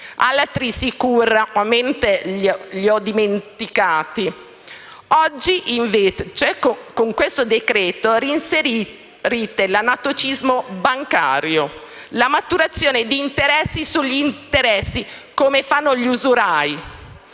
li ho sicuramente dimenticati. Oggi, invece, con questo decreto-legge reinserite l'anatocismo bancario: la maturazione di interessi sugli interessi, come fanno gli usurai,